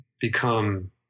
become